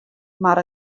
mar